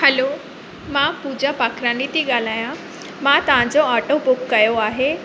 hello मां पूजा पाखराणी थी ॻाल्हायां मां तव्हांजो ऑटो बुक कयो आहे